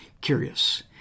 curious